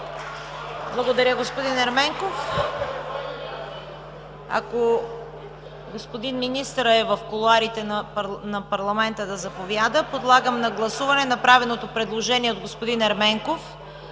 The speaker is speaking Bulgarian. Благодаря, господин Ерменков. Ако господин министърът е в кулоарите на парламента, да заповяда. Подлагам на гласуване направеното предложение от господин Ерменков